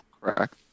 correct